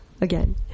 again